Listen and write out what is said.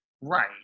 Right